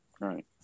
Right